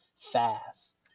fast